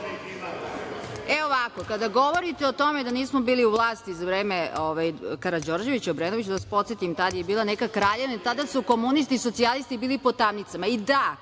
Ovako, kada govorite o tome da nismo bili u vlasti za vreme Karađorđevića, Obrenovića, da vas podsetim tad je bila neka kraljevina, tada su komunisti i socijalisti bili pod tamnicama. I, da